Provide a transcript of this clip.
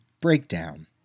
Breakdown